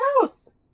house